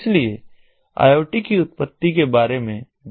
इसलिए I O T की उत्पत्ति के बारे में बात कर रहे हैं